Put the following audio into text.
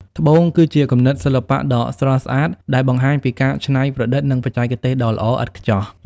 ត្បូង គឺជាគំនិតសិល្បៈដ៏ស្រស់ស្អាតដែលបង្ហាញពីការច្នៃប្រឌិត និងបច្ចេកទេសដ៏ល្អឥតខ្ចោះ។